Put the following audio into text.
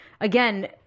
again